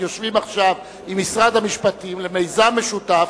יושבים עכשיו עם משרד המשפטים למיזם משותף,